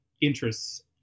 interests